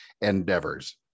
endeavors